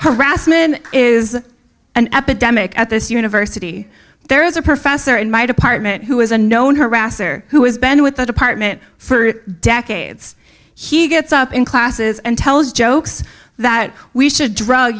harassment is an epidemic at this university there is a professor in my department who is a known harasser who has been with the department for decades he gets up in classes and tells jokes that we should drug